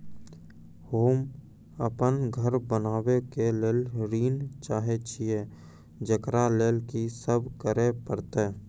होम अपन घर बनाबै के लेल ऋण चाहे छिये, जेकरा लेल कि सब करें परतै?